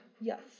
Yes